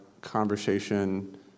conversation